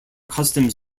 customs